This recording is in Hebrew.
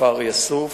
בכפר יאסוף.